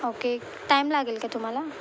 okay time लागेल का तुम्हाला